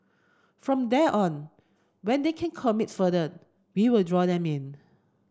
from there on when they can commit further we will draw them in